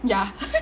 ya